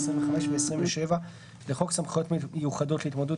25 ו-27 לחוק סמכויות מיוחדות להתמודדות